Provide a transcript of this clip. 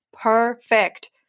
perfect